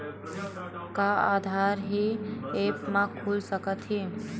का आधार ह ऐप म खुल सकत हे?